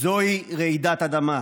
זוהי רעידת אדמה.